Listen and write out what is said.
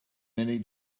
many